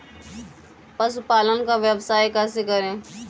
पशुपालन का व्यवसाय कैसे करें?